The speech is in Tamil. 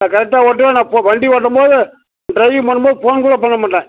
நான் கரெக்டாக ஓட்டுவேன் நான் போ வண்டி ஓட்டும் போது ட்ரைவிங் பண்ணும் போது ஃபோன் கூட பண்ண மாட்டேன்